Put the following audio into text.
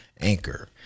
Anchor